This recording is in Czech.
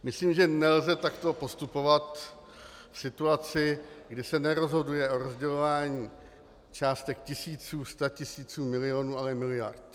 Myslím, že nelze takto postupovat v situaci, kdy se nerozhoduje o rozdělování částek tisíců, statisíců, milionů, ale miliard.